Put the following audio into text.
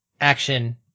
action